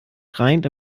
schreiend